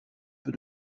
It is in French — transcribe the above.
peu